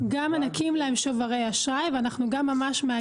אנחנו גם מנכים להם שוברי אשראי ואנחנו גם ממש מאגדים סליקה.